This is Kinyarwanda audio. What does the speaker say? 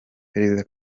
perezida